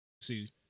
See